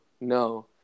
no